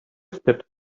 stepped